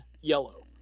yellow